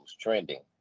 trending